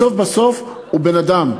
בסוף בסוף הוא בן-אדם,